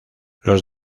los